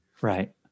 Right